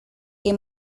que